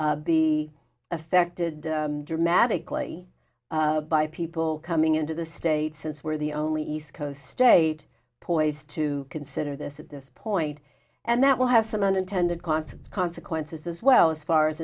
not be affected dramatically by people coming into the state since we're the only east coast state poised to consider this at this point and that will have some unintended consequence consequences as well as far as